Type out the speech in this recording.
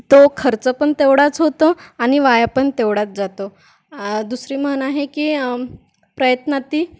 तो खर्च पण तेवढाच होतो आणि वाया पण तेवढाच जातो दुसरी म्हण आहे की प्रयत्नांती